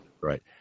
right